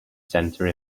centre